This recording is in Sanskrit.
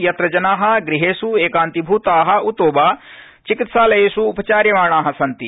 यत्र जना गृहध्य एकान्तीभूता उतो वा चिकित्सालयध्य उपचार्यमाणा सन्ति